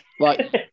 right